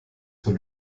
für